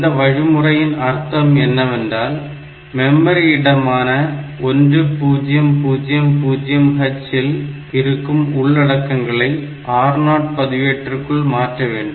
இந்த வழிமுறையின் அர்த்தம் என்னவென்றால் மெமரி இடமான 1000h இல் இருக்கும் உள்ளடக்கங்களை R0 பதிவேட்டிற்குள் மாற்ற வேண்டும்